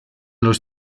los